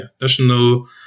national